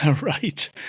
Right